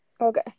Okay